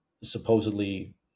supposedly